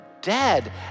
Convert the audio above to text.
dead